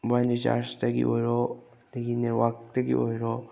mobile ꯔꯤꯆꯥꯔꯖꯇꯒꯤ ꯑꯣꯏꯔꯣ ꯑꯗꯒꯤ ꯅꯦꯠꯋꯥꯛꯇꯒꯤ ꯑꯣꯏꯔꯣ